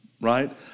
Right